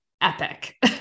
epic